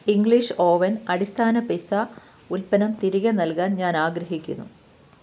English oven അടിസ്ഥാന pizza ഉൽപ്പന്നം തിരികെ നൽകാൻ ഞാൻ ആഗ്രഹിക്കുന്നു